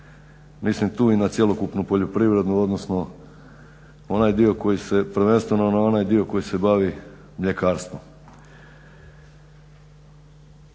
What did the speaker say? mislim tu i na cjelokupnu poljoprivredu odnosno onaj dio koji se, prvenstveno na onaj dio koji se bavi mljekarstvom.